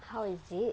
how is it